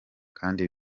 kandi